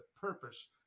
purpose